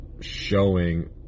showing